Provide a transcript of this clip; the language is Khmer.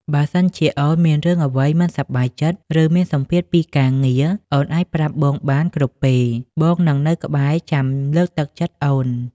បើសិនជាអូនមានរឿងអ្វីមិនសប្បាយចិត្ត ឬមានសម្ពាធពីការងារ អូនអាចប្រាប់បងបានគ្រប់ពេល បងនឹងនៅក្បែរចាំលើកទឹកចិត្តអូន។